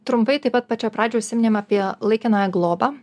trumpai taip pat pačioj pradžioj užsiminėm apie laikinąją globą